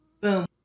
Boom